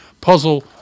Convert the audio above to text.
puzzle